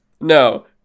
no